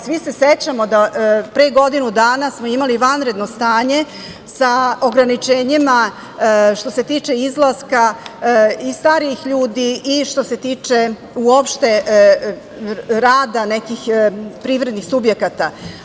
Svi se sećamo da smo pre godinu dana imali vanredno stanje sa ograničenjima što se tiče izlaska i starijih ljudi i što se tiče uopšte rada nekih privrednih subjekata.